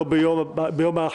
לא ביום ההחלטה.